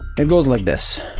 it goes like this,